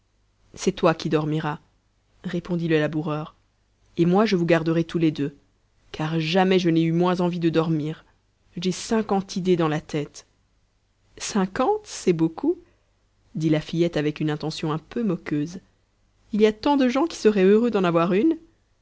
c'est toi qui dormiras répondit le laboureur et moi je vous garderai tous les deux car jamais je n'ai eu moins envie de dormir j'ai cinquante idées dans la tête cinquante c'est beaucoup dit la fillette avec une intention un peu moqueuse il y a tant de gens qui seraient heureux d'en avoir une